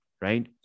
right